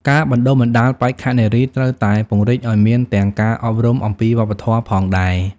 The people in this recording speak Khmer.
ការបណ្តុះបណ្តាលបេក្ខនារីត្រូវតែពង្រីកឲ្យមានទាំងការអប់រំអំពីវប្បធម៌ផងដែរ។